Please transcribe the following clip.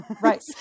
right